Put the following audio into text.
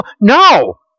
No